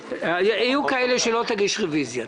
יהיו כאלה שלא תגיש עליהן רוויזיה.